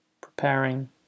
Preparing